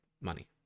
money